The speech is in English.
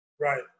right